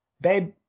babe